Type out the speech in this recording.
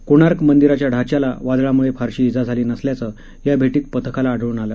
कोणार्क मंदिराच्या ढाच्याला वादळामुळे फारशी जा झाली नसल्याचं या भेटीत पथकाला आढळून आलं